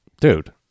dude